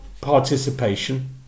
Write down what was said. participation